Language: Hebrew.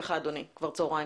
צוהריים